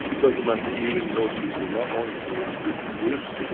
doesn't matter even those who do not want to reproduce,